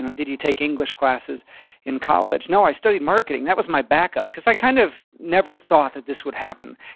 and did you take english classes in college? no, i studied marketing. that was my backup cause i kind of never thought that this would happen.